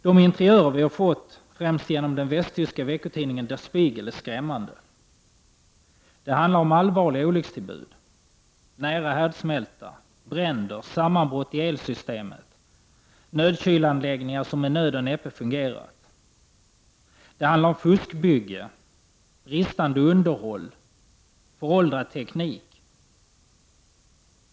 De interiörer vi har fått, främst genom den västtyska veckotidningen der Spiegel, är skrämmande. Det handlar om allvarliga olyckstillbud — nära härdsmälta, bränder, sammanbrott i elsystem, nödkylanläggningar som med nöd och näppe fungerat. Det handlar om fuskbygge, bristande underhåll, föråldrad teknik.